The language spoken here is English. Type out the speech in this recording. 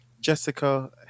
jessica